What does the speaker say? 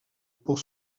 pour